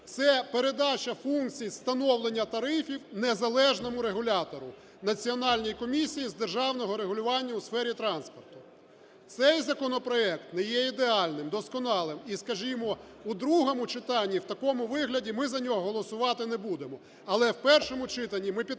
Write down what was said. це передача функцій, встановлення тарифів незалежному регулятору – Національній комісії з державного регулювання у сфері транспорту. Цей законопроект не є ідеальним, досконалим і, скажімо, у другому читанні в такому вигляді ми за нього голосувати не будемо. Але в першому читанні ми підтримуємо